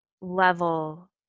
level